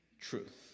truth